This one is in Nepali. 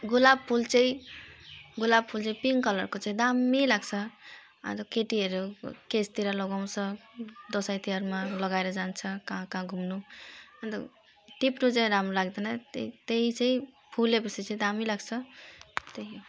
गुलाब फुल चाहिँ गुलाब फुल चाहिँ पिङ्क कलरको चाहिँ दामी लाग्छ आज केटीहरू केशतिर लगाउँछ दसैँ तिहारमा लगाएर जान्छ कहाँ कहाँ घुम्नु अनि त टिप्नु चाहिँ राम्रो लाग्दैन त्यही त्यही चाहिँ फुलेपछि चाहिँ दामी लाग्छ त्यही हो